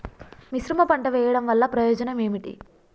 మిశ్రమ పంట వెయ్యడం వల్ల ప్రయోజనం ఏమిటి?